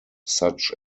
such